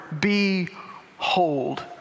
behold